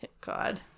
God